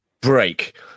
break